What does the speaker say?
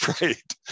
right